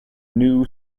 new